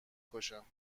کشم